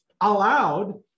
allowed